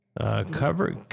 Cover